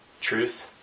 truth